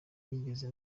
yigeze